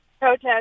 protest